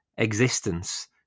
existence